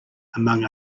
among